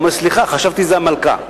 הוא אומר: מצטער, חשבתי שזאת המלכה.